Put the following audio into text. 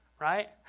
right